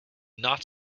not